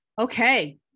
Okay